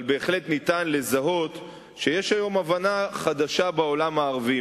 אבל בהחלט ניתן לזהות שיש היום הבנה חדשה בעולם הערבי.